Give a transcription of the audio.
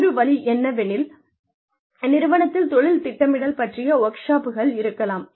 மற்றொரு வழி என்னவெனில் நிறுவனத்தில் தொழில் திட்டமிடல் பற்றிய வொர்க்ஷாப்கள் இருக்கலாம்